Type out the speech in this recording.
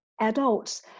adults